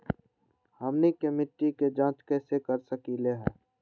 हमनी के मिट्टी के जाँच कैसे कर सकीले है?